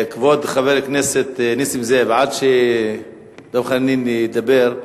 כבוד חבר הכנסת נסים זאב, עד שדב חנין ידבר,